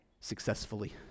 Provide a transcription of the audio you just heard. successfully